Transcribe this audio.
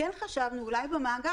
(מאגר